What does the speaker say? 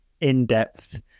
in-depth